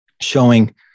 showing